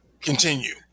continue